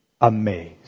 amazed